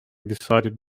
decided